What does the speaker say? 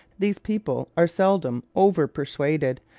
these people are seldom over-persuaded,